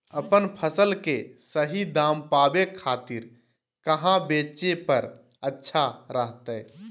अपन फसल के सही दाम पावे खातिर कहां बेचे पर अच्छा रहतय?